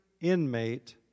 inmate